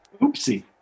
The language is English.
Oopsie